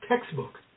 textbook